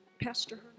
Pastor